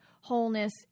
wholeness